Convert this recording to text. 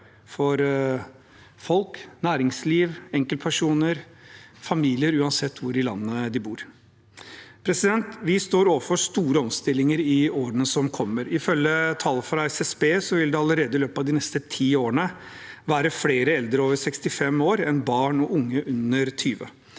til folk – næringsliv, enkeltpersoner, familier – uansett hvor i landet de bor. Vi står overfor store omstillinger i årene som kommer. Ifølge tall fra SSB vil det allerede i løpet av de neste ti årene være flere eldre over 65 år enn barn og unge under 20.